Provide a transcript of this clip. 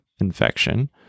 infection